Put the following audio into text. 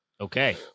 okay